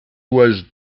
was